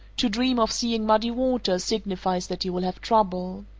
to dream of seeing muddy water signifies that you will have trouble.